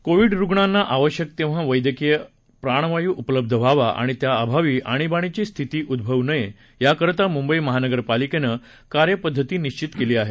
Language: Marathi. कोविड रुग्णांना आवश्यक तेव्हा वैद्यकीय प्राणवायू उपलब्ध व्हावा आणि त्या अभावी आणीबाणीची स्थिती उद्भवू नये याकरता मुंबई महानगरपालिकेने कार्यपद्धती निश्चित केली आहे